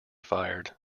fired